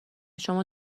شما